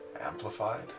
amplified